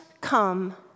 come